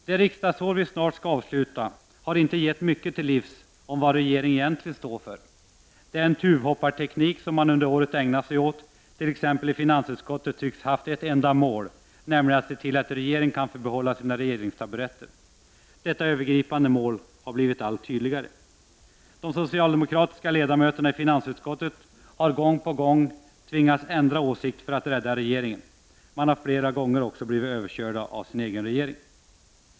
Det riksdagsår vi snart skall avsluta har inte gett den mycket till livs som vill veta vad regeringen egentligen står för. Den ”tuvhopparteknik” som man under året ägnat sig åt t.ex. i finansutskottet tycks haft ett enda mål, nämligen att se till att regeringen kan få behålla sina regeringstaburetter. Detta övergripande mål har blivit allt tydligare. De socialdemokratiska ledamöterna i finansutskottet har gång på gång tvingats ändra åsikt för att rädda regeringen. De har flera gånger blivit överkörda av sin egen regering.